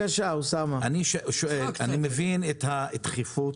שאלה: אני מבין את הדחיפות